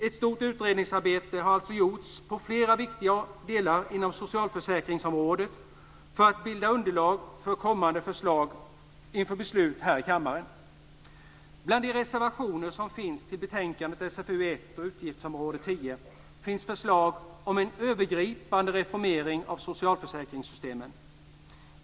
Ett stort utredningsarbete har alltså gjorts vad gäller flera viktiga delar på socialförsäkringsområdet för att bilda underlag för kommande förslag inför beslut här i kammaren. Bland de reservationer som finns i betänkande SfU1 när det gäller utgiftsområde 10 finns det förslag om en övergripande reformering av socialförsäkringssystemet.